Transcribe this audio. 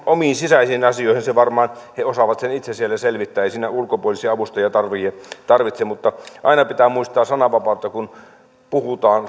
omiin sisäisiin asioihin sen varmaan he osaavat itse siellä selvittää ei siinä ulkopuolisia avustajia tarvita mutta aina pitää muistaa sananvapaudesta kun puhutaan